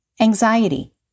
Anxiety